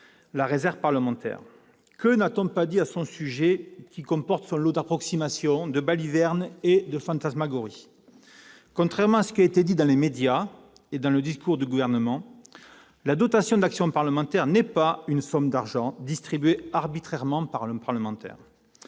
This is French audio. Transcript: « réserve parlementaire ». Que n'a-t-on dit à son sujet, entre approximations, balivernes et fantasmagories ? Contrairement à ce qui a été affirmé dans les médias et dans le discours du Gouvernement, la dotation d'action parlementaire n'est pas une somme d'argent distribuée arbitrairement par un parlementaire.